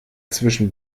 zwischen